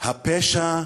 הפשע?